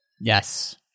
Yes